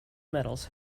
metals